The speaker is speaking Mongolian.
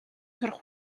сурах